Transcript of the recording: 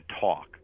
talk